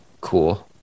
cool